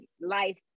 life